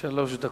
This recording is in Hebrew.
שלוש דקות.